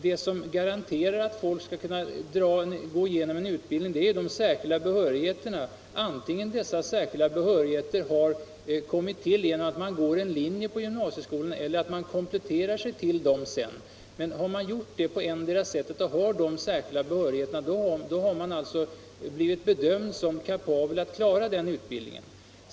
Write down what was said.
Det som garanterar att studerande kan genomföra en utbildning är de särskilda behörigheterna, antingen de studerande har fått dem genom att gå en linje på gymnasiet eller genom att efteråt komplettera sig till den. Har man den särskilda behörigheten har man blivit bedömd som kapabel att klara utbildningen.